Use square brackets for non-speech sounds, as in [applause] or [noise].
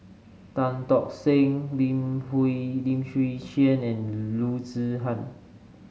Tan Tock Seng Lim [unintelligible] Lim Chwee Chian and Loo Zihan